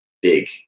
big